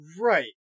right